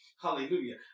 hallelujah